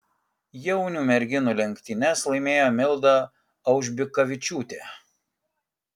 jaunių merginų lenktynes laimėjo milda aužbikavičiūtė